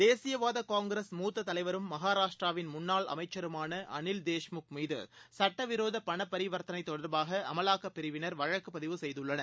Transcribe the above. தேசியவாதகாங்கிரஸ் மூத்ததலைவரும் மகாராஷ்டிராவின் முன்னாள் அமைச்சருமானஅனில்தேஷ்முக் மீதுசட்டவிரோதபணபரிவர்த்தனைதொடர்பாகஅமலாக்கப்பிரிவினர் வழக்குப்பதிவு செய்துள்ளனர்